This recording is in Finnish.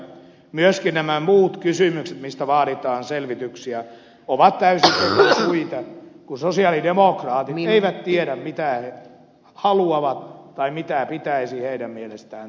myöskin nämä muut kysymykset mistä vaaditaan selvityksiä ovat täysin tekosyitä kun sosialidemokraatit eivät tiedä mitä he haluavat tai mitä pitäisi heidän mielestään tehdä